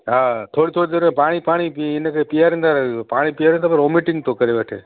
हा थोरी थोरी देरि में पाणी पाणी पी इनखे पीआरींदा रहिजो पाणी पीआरींदा पर वॉमेटींग थो करे